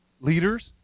leaders